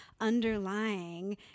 underlying